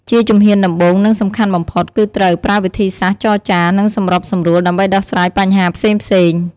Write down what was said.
ជាជំហានដំបូង និងសំខាន់បំផុត គឺត្រូវ ប្រើវិធីសាស្ត្រចរចា និងសម្របសម្រួល ដើម្បីដោះស្រាយបញ្ហាផ្សេងៗ។